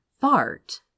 fart